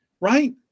Right